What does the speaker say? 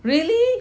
really